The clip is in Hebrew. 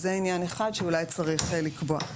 זה עניין אחד שאולי צריך לקבוע,